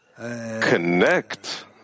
connect